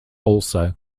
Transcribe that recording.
also